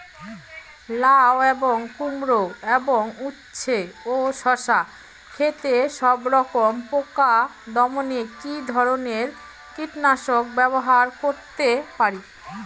লাউ এবং কুমড়ো এবং উচ্ছে ও শসা ক্ষেতে সবরকম পোকা দমনে কী ধরনের কীটনাশক ব্যবহার করতে পারি?